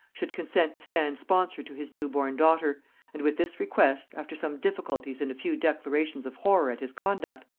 should consent to stand sponsor to his new-born daughter and with this request, after some difficulties and a few declarations of horror at his conduct,